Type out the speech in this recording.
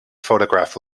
photograph